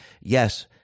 Yes